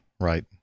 Right